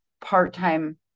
part-time